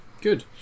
Good